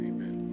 Amen